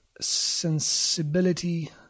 sensibility